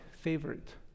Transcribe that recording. favorite